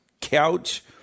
Couch